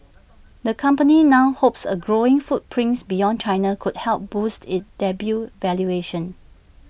the company now hopes A growing footprint beyond China could help boost IT debut valuation